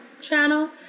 channel